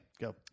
go